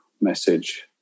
message